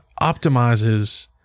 optimizes